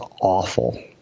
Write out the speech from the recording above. awful